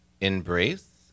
embrace